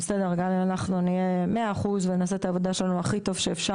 גם אם אנחנו נהיה 100% ונעשה את העבודה שלנו הכי טוב שאפשר,